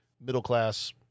middle-class